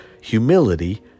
humility